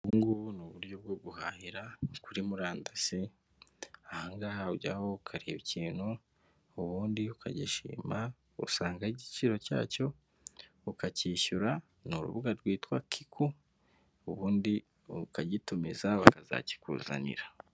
Ubu ngubu ni uburyo bwo guhahira kuri murandasi, ahangaha ujyaho ukareba ikintu ubundi ukagishima, usanga ho igiciro cyacyo ukacyishyura, ni urubuga rwitwa kiku ubundi ukagitumiza bakazakikuzanira.